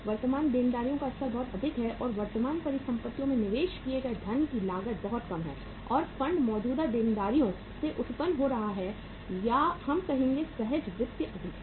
वर्तमान देनदारियों का स्तर बहुत अधिक है इसलिए वर्तमान परिसंपत्ति में निवेश किए गए धन की लागत बहुत कम है और फंड मौजूदा देनदारियों से उत्पन्न हो रहा है या हम कहेंगे सहज वित्त अधिक है